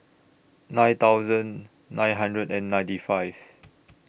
nine thousand nine hundred and ninety five